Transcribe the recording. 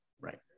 Right